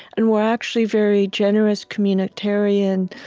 and we're actually very generous, communitarian,